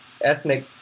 ethnic